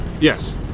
Yes